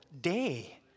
day